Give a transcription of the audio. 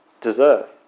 deserve